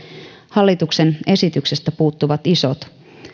hallituksen esityksestä puuttuvat isot